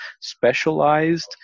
specialized